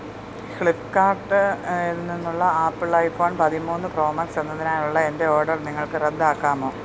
ഫ്ലിപ്പ്കാർട്ട് നിന്നുള്ള Apple iPhone പതിമൂന്ന് Pro Max എന്നതിനായുള്ള എൻ്റെ ഓഡർ നിങ്ങൾക്ക് റദ്ദാക്കാമോ